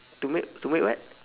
to make to make what